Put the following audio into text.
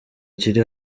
kiri